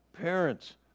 parents